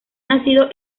nacido